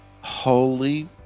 holy